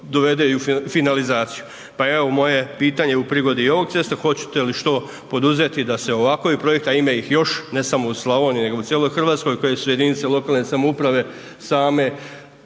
dovede i u finalizaciju pa evo moje pitanje u prigodi u ovih cesta, hoćete li što poduzeti da ovakvi projekti a ima još, ne samo u Slavoniji nego u cijeloj Hrvatskoj koje su jedinice lokalne samouprave same